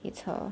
it's her